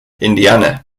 indiana